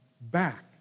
back